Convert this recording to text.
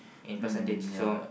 in percentage so